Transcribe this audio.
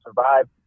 survive